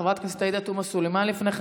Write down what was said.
חברת הכנסת עאידה תומא סלימאן לפני כן,